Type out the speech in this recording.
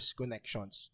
connections